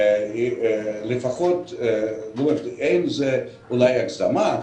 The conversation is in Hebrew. אולי זו הגזמה,